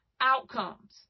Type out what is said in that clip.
outcomes